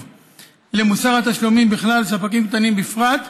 למוסר התשלומים בכלל ולספקים קטנים בפרט.